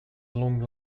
long